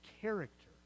character